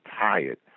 tired